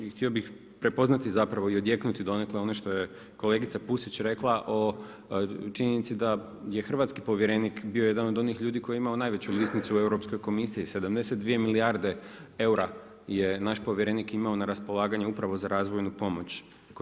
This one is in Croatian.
I htio bih prepoznati zapravo i odjeknuti zapravo ono što je kolegica Pusić rekla o činjenici da je hrvatski povjerenik bio jedan od onih ljudi koji je imao najveću lisnicu u Europskoj komisiji, 72 milijarde eura je naš povjerenik imao na raspolaganju, upravo za razvojnu pomoć.